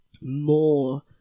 more